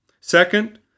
Second